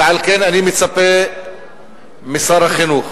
ועל כן אני מצפה משר החינוך